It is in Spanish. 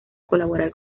colaborar